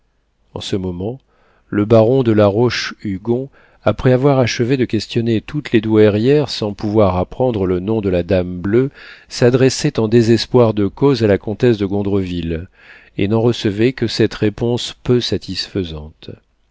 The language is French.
en ce moment le baron de la roche-hugon après avoir achevé de questionner toutes les douairières sans pouvoir apprendre le nom de la dame bleue s'adressait en désespoir de cause à la comtesse de gondreville et n'en recevait que cette réponse peu satisfaisante